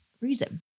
reason